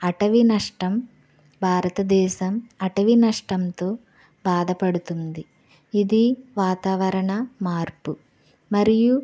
అటవీ నష్టం భారతదేశం అటవీ నష్టంతో బాధపడుతుంది ఇది వాతావరణ మార్పు మరియు